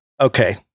okay